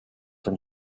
from